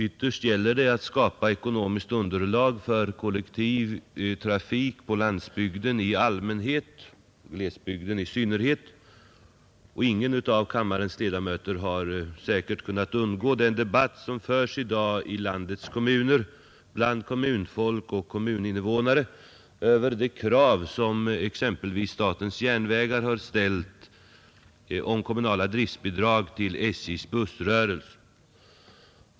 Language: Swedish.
Ytterst gäller det att skapa ekonomiskt underlag för kollektiv trafik på landsbygden i allmänhet och i glesbygden i synnerhet. Säkert har ingen av kammarens ledamöter kunnat undgå att observera den debatt som förs i dag i landets kommuner — bland kommunfolk och kommuninvånare — beträffande det krav som statens järnvägar har ställt om kommunala driftsbidrag till SJ:s bussrörelse.